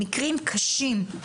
מקרים קשים,